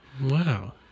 Wow